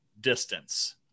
distance